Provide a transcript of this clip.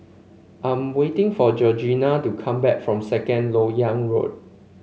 I'm waiting for Georgiann to come back from Second LoK Yang Road